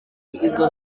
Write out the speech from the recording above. izo